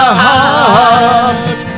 heart